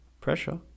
pressure